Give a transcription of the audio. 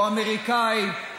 או האמריקאים,